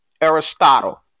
Aristotle